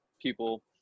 people